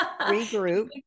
Regroup